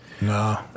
no